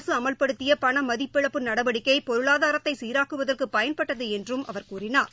அரசு அமல்படுத்திய பண மதிப்பிழப்பு நடவடிக்கை பொருளாதாரத்தை சீராக்குவதற்கு பயன்பட்டது என்றும் அவர் கூறினார்